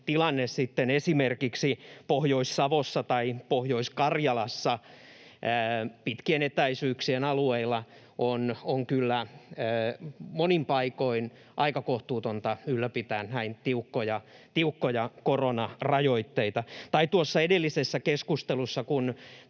tilanne sitten esimerkiksi Pohjois-Savossa tai Pohjois-Karjalassa pitkien etäisyyksien alueilla. On kyllä monin paikoin aika kohtuutonta ylläpitää näin tiukkoja koronarajoitteita. Tuossa edellisessä keskustelussa,